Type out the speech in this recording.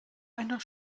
einer